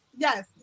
Yes